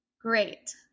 Great